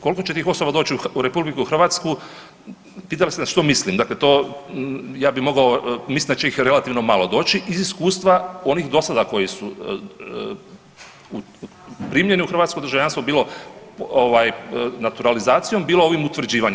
Koliko će tih osoba doći u RH pitali ste što mislim, dakle to ja bi mogao mislim da će ih relativno malo doći iz iskustva onih do sada koji su primljeni u hrvatsko državljanstvo bilo naturalizacijom, bilo ovim utvrđivanjem.